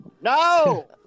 No